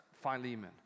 Philemon